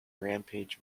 rampage